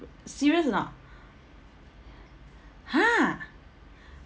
serious or not !huh!